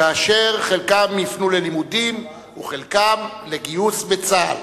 כאשר חלקם יפנו ללימודים וחלקם לגיוס לצה"ל.